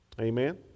Amen